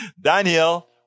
Daniel